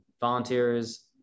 volunteers